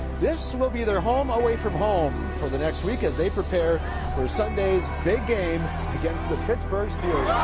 this will be their home away from home for the next week, as they prepare for sunday's big game against the pittsburgh steelers.